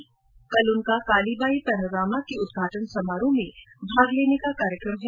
उनका कल काली बाई पेनोरमा के उद्घाटन समारोह में भाग लेने का कार्यक्रम है